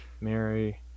Mary